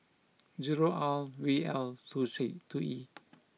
zero R V L two E